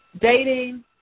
dating